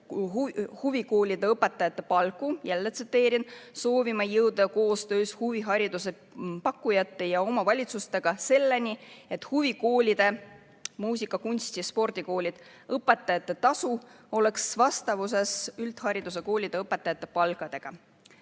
huvikoolide õpetajate palku. Jälle tsiteerin: "Soovime jõuda koostöös huvihariduse pakkujate ja omavalitsustega selleni, et huvikoolide (muusika-, kunsti- ja spordikoolid) õpetajate tasu oleks vastavuses üldhariduskoolide õpetajate palkadega."